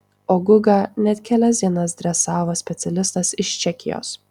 o gugą net kelias dienas dresavo specialistas iš čekijos